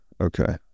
Okay